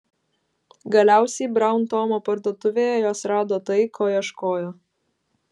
galiausiai braun tomo parduotuvėje jos rado tai ko ieškojo